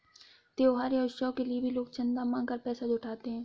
त्योहार या उत्सव के लिए भी लोग चंदा मांग कर पैसा जुटाते हैं